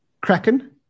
Kraken